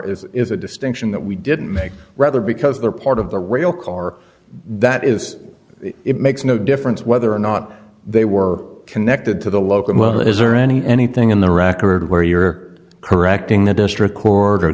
is is a distinction that we didn't make rather because they're part of the rail car that is it makes no difference whether or not they were connected to the local militias or any anything in the record where you're correcting the district co